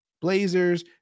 Blazers